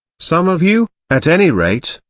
some of you, at any rate,